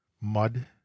mud